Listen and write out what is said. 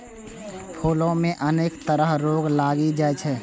फूलो मे अनेक तरह रोग लागि जाइ छै